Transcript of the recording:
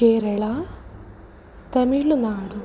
Kerala Tamil Nadu